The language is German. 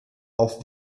auf